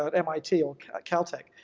ah mit or caltech,